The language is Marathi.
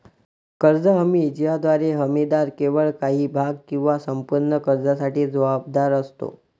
कर्ज हमी ज्याद्वारे हमीदार केवळ काही भाग किंवा संपूर्ण कर्जासाठी जबाबदार असतो